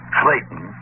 clayton